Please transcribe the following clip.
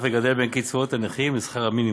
וגדל בין קצבאות הנכים לשכר המינימום.